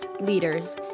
leaders